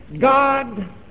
God